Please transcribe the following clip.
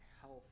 health